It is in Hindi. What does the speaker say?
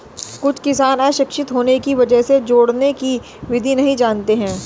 कुछ किसान अशिक्षित होने की वजह से जोड़ने की विधि नहीं जानते हैं